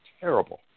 terrible